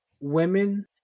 women